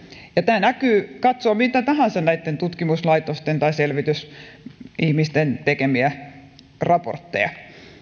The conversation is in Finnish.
ja tämä näkyy katsoo mitä tahansa näitten tutkimuslaitosten tai selvitysihmisten tekemiä raportteja